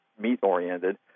meat-oriented